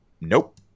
Nope